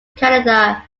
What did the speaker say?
canada